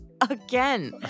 again